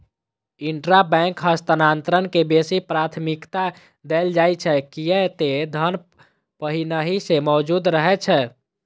intrabank हस्तांतरण के बेसी प्राथमिकता देल जाइ छै, कियै ते धन पहिनहि सं मौजूद रहै छै